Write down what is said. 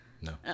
no